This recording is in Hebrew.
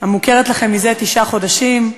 המוכרת לכם זה תשעה חודשים.